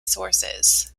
sources